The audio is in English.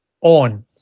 on